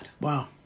Wow